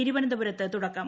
തിരുവനന്തപുരത്ത് തുടക്കം